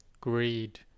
greed